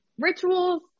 rituals